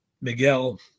Miguel